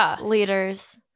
leaders